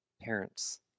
parents